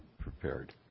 prepared